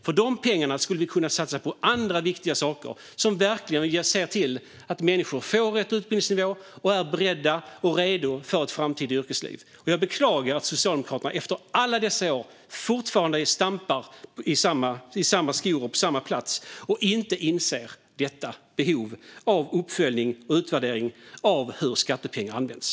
Dessa pengar skulle vi kunna satsa på andra viktiga saker som verkligen ser till att människor får rätt utbildningsnivå och är beredda och redo för ett framtida yrkesliv. Jag beklagar att Socialdemokraterna efter alla dessa år fortfarande stampar i samma skor och på samma plats och inte inser behovet av uppföljning och utvärdering av hur skattepengar används.